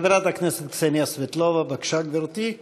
חברת הכנסת קסניה סבטלובה, בבקשה, גברתי.